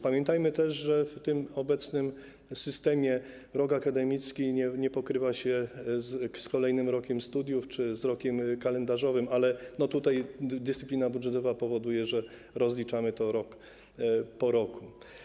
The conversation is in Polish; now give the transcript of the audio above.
Pamiętajmy też, że w tym obecnym systemie rok akademicki nie pokrywa się z kolejnym rokiem studiów czy z rokiem kalendarzowym, ale tutaj dyscyplina budżetowa powoduje, że rozliczamy to rok po roku.